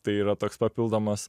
tai yra toks papildomas